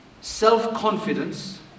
self-confidence